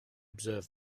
observe